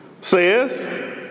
says